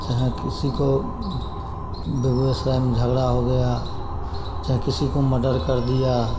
चाहे किसी को बेगुएसराय में झगड़ा हो गया चाहे किसी को मडर कर दिया